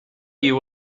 you